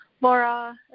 Laura